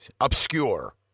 Obscure